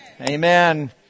Amen